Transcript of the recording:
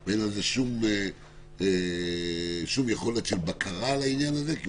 ואין שום יכולת של בקרה לעניין הזה.